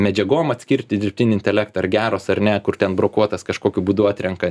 medžiagom atskirti dirbtinį intelektą ar geros ar ne kur ten brokuotas kažkokiu būdu atrenka